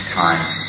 times